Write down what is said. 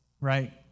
right